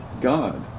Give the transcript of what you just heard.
God